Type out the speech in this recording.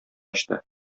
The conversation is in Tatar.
ачты